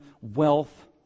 wealth